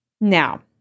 Now